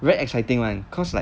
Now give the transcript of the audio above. very exciting [one] cause like